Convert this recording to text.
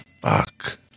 fuck